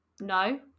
no